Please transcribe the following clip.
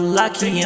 lucky